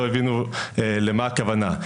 לא הבינו למה הכוונה,